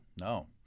No